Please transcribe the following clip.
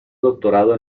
doctorado